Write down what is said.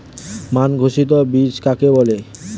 মান ঘোষিত বীজ কাকে বলে?